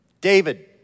David